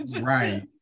Right